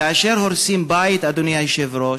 כאשר הורסים בית, אדוני היושב-ראש,